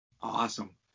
Awesome